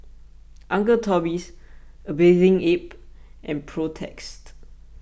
Uncle Toby's A Bathing Ape and Protex